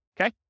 okay